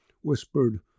whispered